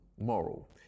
moral